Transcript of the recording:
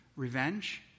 Revenge